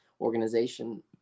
Organization